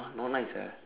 !huh! not nice ah